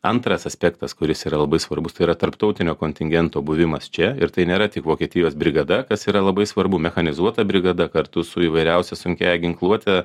antras aspektas kuris yra labai svarbus tai yra tarptautinio kontingento buvimas čia ir tai nėra tik vokietijos brigada kas yra labai svarbu mechanizuota brigada kartu su įvairiausia sunkiąja ginkluote